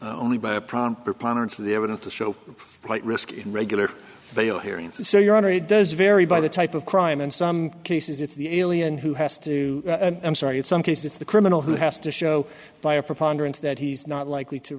only by a prompt preponderance of the evidence to show flight risk in regular bail hearings so your honor it does vary by the type of crime in some cases it's the alien who has to i'm sorry in some cases it's the criminal who has to show by a preponderance that he's not likely to